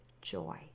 joy